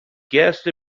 guest